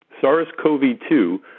SARS-CoV-2